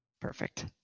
perfect